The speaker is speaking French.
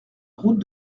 route